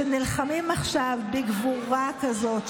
שנלחמים עכשיו בגבורה כזאת,